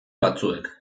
batzuek